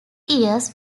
years